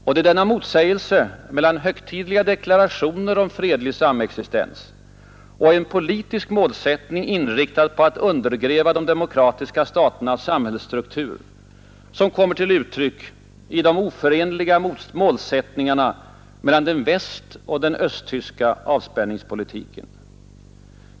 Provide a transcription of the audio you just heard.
Det är denna motsägelse mellan högtidliga deklarationer om fredlig samexistens och en politisk målsättning inriktad på att undergräva de demokratiska staternas samhällsstruktur som kommer till uttryck i de oförenliga målsättningarna mellan den västoch den östtyska avspänningspolitiken.